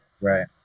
Right